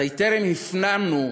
אזי טרם הפנמנו